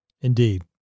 Indeed